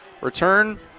Return